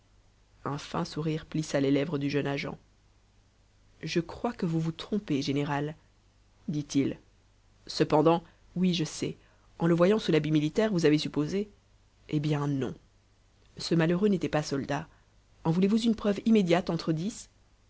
un fin sourire plissa les lèvres du jeune agent je crois que vous vous trompez général dit-il cependant oui je sais en le voyant sous l'habit militaire vous avez supposé eh bien non ce malheureux n'était pas soldat en voulez-vous une preuve immédiate entre dix